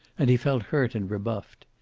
and he felt hurt and rebuffed.